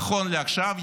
נכון לעכשיו,